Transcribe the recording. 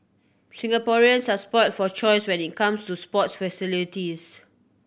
Singaporeans are spoilt for choice when it comes to sports facilities